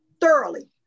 thoroughly